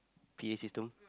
P_A system